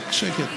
רק שקט.